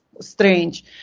strange